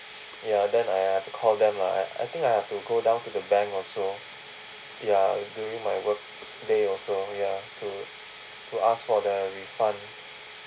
ya then I have to call them lah and I think I have to go down to the bank also ya during my work day also ya to to ask for the refund